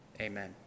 Amen